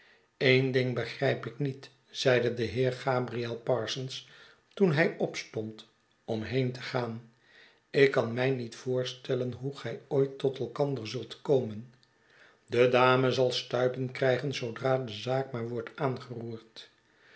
een ding begrijp ik niet zeide de heer gabriel parsons toen hij opstond om been te gaan ik kan mij niet voorstellen hoe gij ook tot elkander zult komen de dame zal stuipen krijgen zoodra de zaak maar wordt aangeroerd